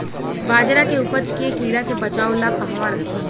बाजरा के उपज के कीड़ा से बचाव ला कहवा रखीं?